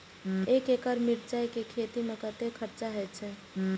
एक एकड़ मिरचाय के खेती में कतेक खर्च होय छै?